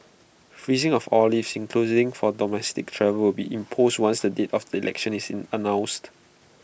freezing of all leave including for domestic travel will be imposed once the date of the election is in announced